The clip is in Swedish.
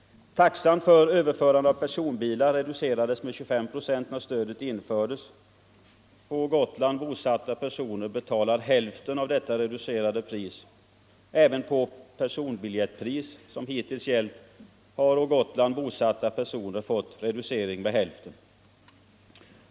Taxan för överförande av personbilar reducerades med 25 procent när stödet infördes. På Gotland bosatta personer betalar hälften av detta reducerade pris. Även på personbiljettpris som hittills gällt har på Gotland bosatta personer fått reducering med hälften.